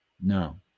No